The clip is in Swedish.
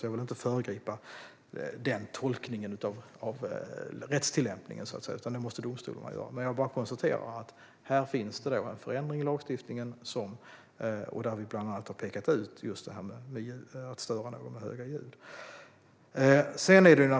Jag vill inte föregripa den rättstillämpningen. Det måste domstolarna pröva. Jag konstaterar att det finns en förändring i lagstiftningen där vi bland annat har pekat ut just att störa någon med höga ljud.